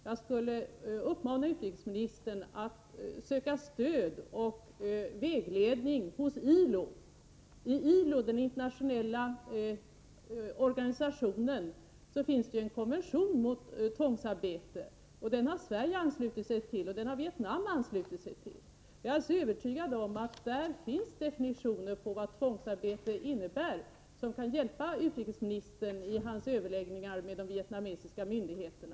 Jag skulle vilja uppmana utrikesministern att söka stöd och vägledning hos ILO, Internationella arbetsorganisationen. Inom ILO finns en konvention mot tvångsarbete. Den har Sverige och även Vietnam anslutit sig till. Jag är övertygad om att där finns någon definition på vad tvångsarbete innebär som kan hjälpa utrikesministern i hans överläggningar med de vietnamesiska myndigheterna.